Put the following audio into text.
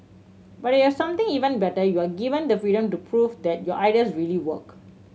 but if you have something even better you are given the freedom to prove that your ideas really work